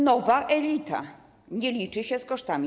Nowa elita, nie liczy się z kosztami.